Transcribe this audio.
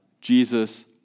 Jesus